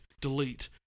delete